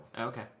Okay